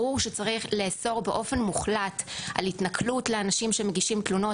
ברור שצריך לאסור באופן מוחלט על התנכלות לאנשים שמגישים תלונות,